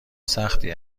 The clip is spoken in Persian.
سختی